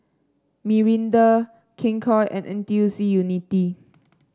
Mirinda King Koil and N T U C Unity